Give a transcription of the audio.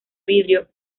vidrio